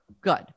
good